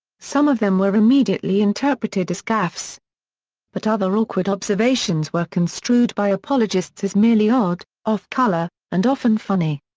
some of them were immediately interpreted as gaffes but other awkward observations were construed by apologists as merely odd, off-colour, and often funny.